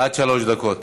עד שלוש דקות,